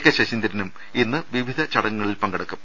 K ശശീ ന്ദ്രനും ഇന്ന് വിവിധ ചടങ്ങുകളിൽ പങ്കെടുക്കും